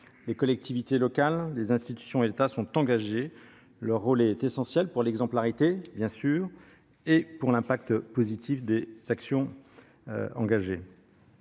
Les collectivités locales, les institutions et l'État sont engagés, leur rôle est essentiel pour l'exemplarité, bien sûr, et pour l'impact positif de leurs actions.